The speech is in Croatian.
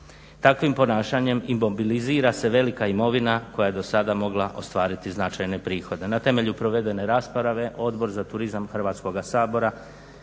Takvim ponašanjem imobilizira se velika imovina koja je do sada mogla ostvariti značajne prihode. Na temelju provedene rasprave Odbor za turizam Hrvatskoga sabora